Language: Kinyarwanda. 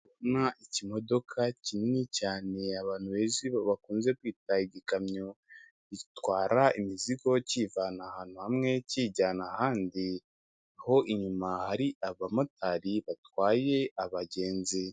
Ndabona ikimodoka kinini cyane abantu benshi bakunze kwita igikamyo gitwara imizigo kivana ahantu hamwe kijyana ahandi, ho inyuma hari abamotari batwaye abagenzi.